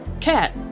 Cat